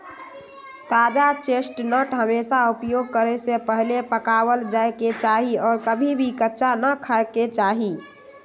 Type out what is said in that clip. ताजा चेस्टनट हमेशा उपयोग करे से पहले पकावल जाये के चाहि और कभी भी कच्चा ना खाय के चाहि